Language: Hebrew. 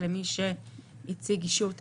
מי שטרם מלאו לו 12 שנים ושלושה חודשים,";